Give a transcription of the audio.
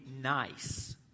nice